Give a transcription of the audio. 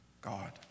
God